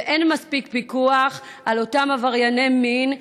ואין מספיק פיקוח על אותם עברייני מין,